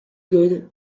good